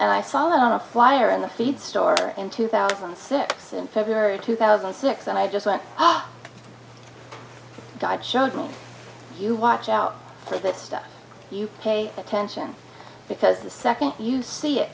and i saw that on a flyer in the feed store in two thousand and six in february two thousand and six and i just went oh god showed me you watch out for that stuff you pay attention because the second you see